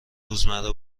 روزمره